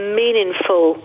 meaningful